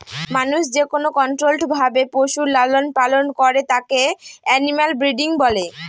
মানুষ যেকোনো কন্ট্রোল্ড ভাবে পশুর লালন পালন করে তাকে এনিম্যাল ব্রিডিং বলে